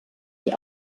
die